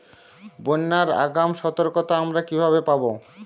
বন্যার আগাম সতর্কতা আমরা কিভাবে পাবো?